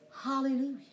Hallelujah